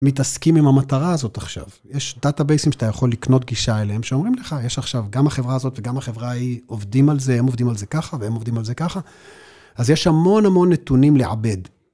מתעסקים עם המטרה הזאת עכשיו. יש דאטה בייסים שאתה יכול לקנות גישה אליהם שאומרים לך, יש עכשיו, גם החברה הזאת וגם החברה ההיא עובדים על זה, הם עובדים על זה ככה והם עובדים על זה ככה. אז יש המון המון נתונים לעבד.